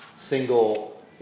single